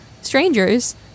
strangers